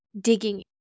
digging